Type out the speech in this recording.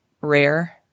rare